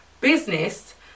Business